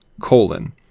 colon